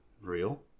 real